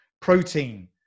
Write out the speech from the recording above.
protein